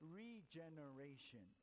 regeneration